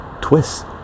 twists